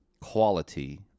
quality